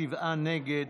שבעה נגד,